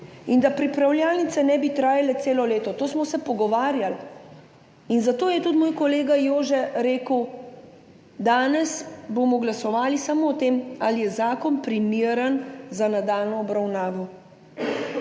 In da pripravljalnice ne bi trajale celo leto, to smo se pogovarjali. Zato je tudi moj kolega Jože rekel: »Danes bomo glasovali samo o tem, ali je zakon primeren za nadaljnjo obravnavo.«